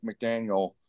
McDaniel